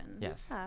Yes